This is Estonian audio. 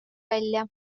välja